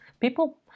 People